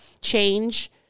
change